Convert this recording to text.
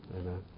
Amen